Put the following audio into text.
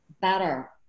better